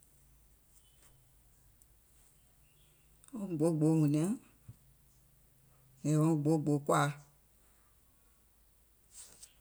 Wɔŋ gbou gbou hùniaŋ yèè wɔŋ gbou gbou kɔ̀àa.